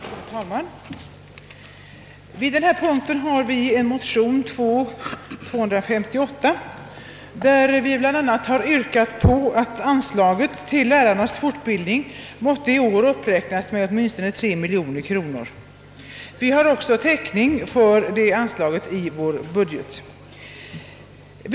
Herr talman! Vid denna punkt har vi en motion, II: 258, i vilken vi bl.a. har yrkat på att anslaget till lärarnas fortbildning i år måtte uppräknas med 3 miljoner kronor. Vi har också täckning för detta anslag i vår budget.